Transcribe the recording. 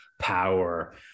power